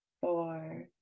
four